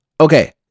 Okay